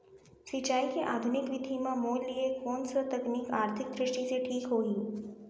सिंचाई के आधुनिक विधि म मोर लिए कोन स तकनीक आर्थिक दृष्टि से ठीक होही?